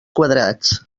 quadrats